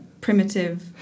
primitive